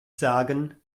sagen